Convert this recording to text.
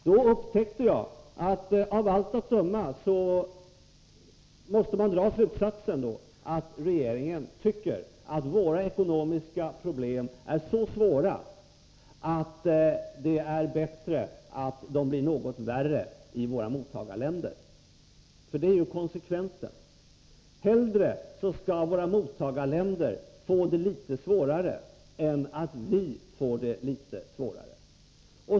Då upptäckte jag att man av allt att döma måste dra slutsatsen att regeringen tycker att våra ekonomiska problem är så svåra att det är bättre att de blir något värre i våra mottagarländer — det är ju konsekvensen. Hellre skall våra mottagarländer få det litet svårare än att vi får det litet svårare.